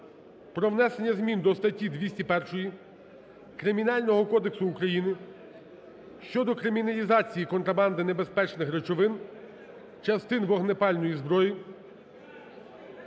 про внесення змін до статті 201 Кримінального кодексу України щодо криміналізації контрабанди небезпечних речовин, частин вогнепальної зброї